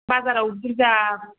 बाजाराव बुरजा